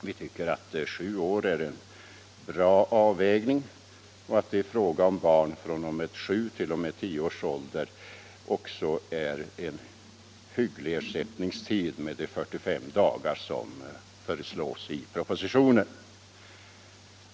Vi tycker att sju år är en bättre avvägning och att det i fråga om barn fr.o.m. sju t.o.m. tio års ålder är en hygglig ersättningstid som föreslås i propositionen, alltså 45 dagar.